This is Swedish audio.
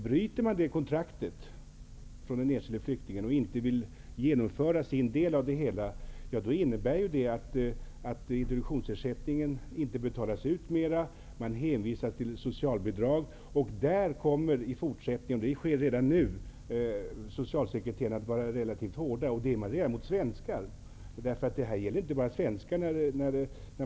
Bryts det kontraktet från den enskilde flyktingens sida och han inte vill genomföra sin del av det hela, innebär det att introduktionsersättningen inte längre betalas ut. Man hänvisas till socialbidrag. Där kommer i fortsättningen, och så är det redan nu, socialsekreterarna att vara relativt hårda. Det är de redan gentemot svenskar.